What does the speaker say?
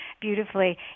beautifully